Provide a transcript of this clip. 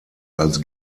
als